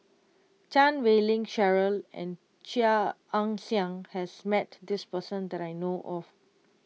Chan Wei Ling Cheryl and Chia Ann Siang has met this person that I know of